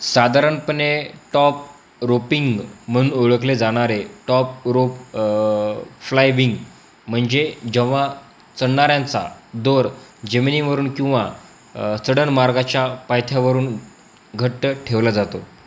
साधारणपणे top roping म्हण ओळखले जाणारे टॉप रोप फ्लायविंग म्हणजे जेव्हा चढणाऱ्यांचा दोर जमिनीवरून किंवा चढण मार्गाच्या पायथ्यावरून घट्ट ठेवला जातो